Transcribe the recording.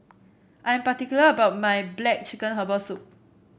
I am particular about my black chicken Herbal Soup